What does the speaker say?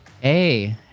Hey